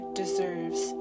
deserves